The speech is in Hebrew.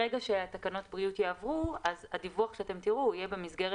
ברגע שתקנות הבריאות יעברו אז הדיווח שאתם תראו יהיה במסגרת